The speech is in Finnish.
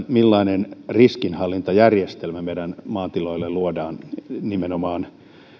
millainen riskinhallintajärjestelmä meidän maatiloille luodaan nimenomaan